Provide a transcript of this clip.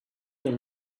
them